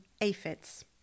aphids